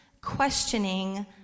questioning